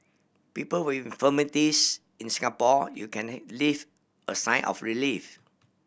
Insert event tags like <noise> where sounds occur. people with infirmities in Singapore you can <unintelligible> leave a sigh of relief